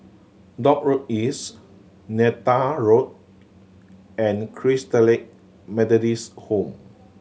Dock Road East Neythal Road and Christalite Methodist Home